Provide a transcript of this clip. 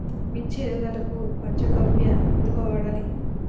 మిర్చి ఎదుగుదలకు పంచ గవ్య ఎందుకు వాడాలి?